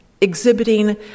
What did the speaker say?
exhibiting